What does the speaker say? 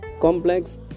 complex